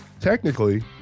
technically